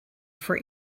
for